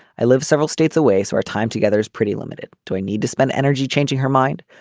i live several states away so our time together is pretty limited to i need to spend energy changing her mind.